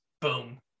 Boom